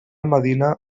medina